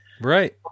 Right